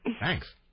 Thanks